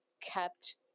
kept